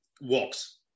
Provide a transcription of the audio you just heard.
walks